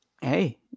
hey